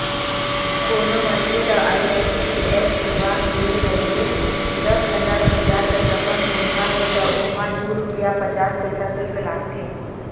कोनो मनखे ल आई.एम.पी.एस सेवा के जरिए दस हजार रूपिया तक रकम भेजना हे त ओमा दू रूपिया पचास पइसा सुल्क लागथे